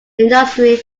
industry